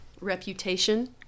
reputation